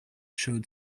showed